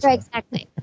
like exactly.